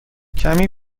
کمی